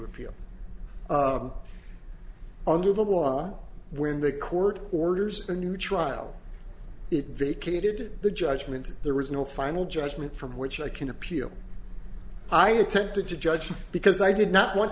appeal under the law when the court orders a new trial it vacated the judgment there was no final judgment from which i can appeal i attempted to judge because i did not want